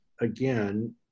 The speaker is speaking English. again